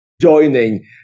joining